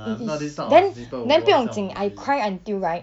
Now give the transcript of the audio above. it is then then 不用紧 I cry until right